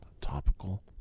Topical